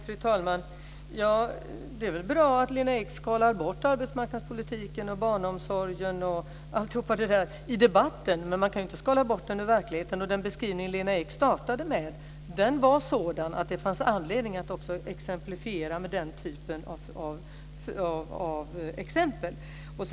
Fru talman! Det är väl bra att Lena Ek skalar bort frågorna om arbetsmarknadspolitiken och barnomsorgen i debatten, men man kan ju inte skala bort dem i verkligheten. Den beskrivning som Lena Ek startade med var sådan att det fanns anledning att ge den typen av exempel.